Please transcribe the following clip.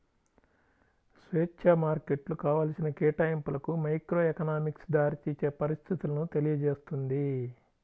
స్వేచ్ఛా మార్కెట్లు కావాల్సిన కేటాయింపులకు మైక్రోఎకనామిక్స్ దారితీసే పరిస్థితులను తెలియజేస్తుంది